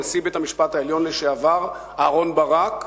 נשיא בית-המשפט העליון לשעבר אהרן ברק.